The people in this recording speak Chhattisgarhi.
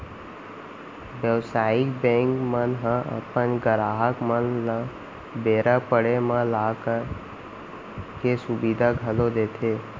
बेवसायिक बेंक मन ह अपन गराहक मन ल बेरा पड़े म लॉकर के सुबिधा घलौ देथे